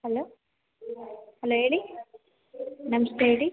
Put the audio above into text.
hello hello ಹೇಳಿ ನಮಸ್ತೆ ಹೇಳಿ